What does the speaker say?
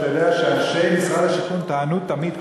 אתה יודע שאנשי משרד השיכון טענו תמיד,